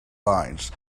lines